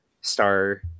Star